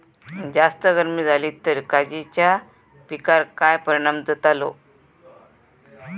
जास्त गर्मी जाली तर काजीच्या पीकार काय परिणाम जतालो?